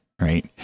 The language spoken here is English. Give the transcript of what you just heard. right